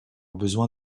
besoin